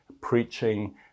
preaching